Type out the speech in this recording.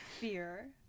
Fear